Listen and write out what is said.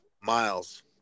Miles